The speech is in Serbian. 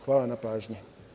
Hvala na pažnji.